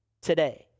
today